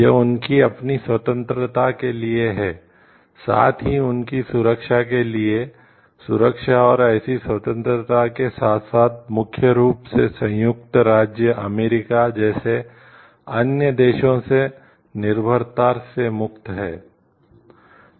यह उनकी अपनी स्वतंत्रता के लिए है साथ ही उनकी सुरक्षा के लिए सुरक्षा और ऐसी स्वतंत्रता के साथ साथ मुख्य रूप से संयुक्त राज्य अमेरिका जैसे अन्य देशों से निर्भरता से मुक्ति है